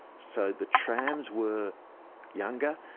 so the trams were younger,